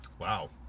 Wow